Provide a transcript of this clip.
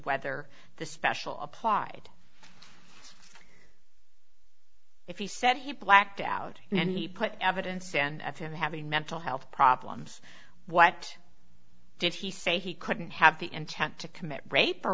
whether the special applied if he said he blacked out and he put evidence and him having mental health problems what did he say he couldn't have the intent to commit rape or